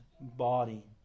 body